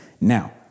Now